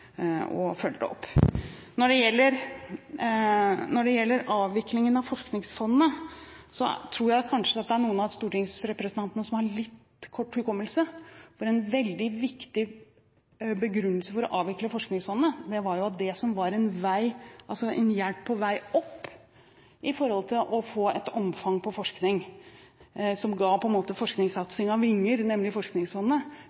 følge det opp. Når det gjelder avviklingen av Forskningsfondet, tror jeg kanskje at det er noen av stortingsrepresentantene som har litt kort hukommelse, for en veldig viktig begrunnelse for å avvikle Forskningsfondet var jo at det som var en hjelp på vei opp for å få et omfang på forskning, og som på en måte